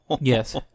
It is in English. Yes